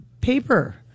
paper